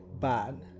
bad